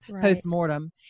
postmortem